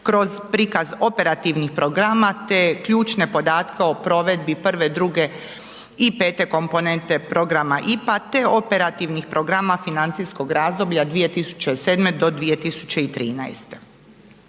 kroz prikaz operativnih programa te ključne podatke o provedbi prve, druge i pete komponente programa IPA te operativnih programa financijskog razdoblja 2007. do 2013.